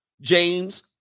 James